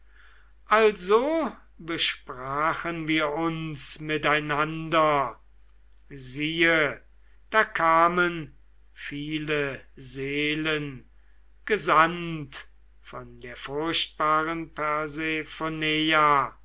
also besprachen wir uns miteinander siehe da kamen viele seelen gesandt von der furchtbaren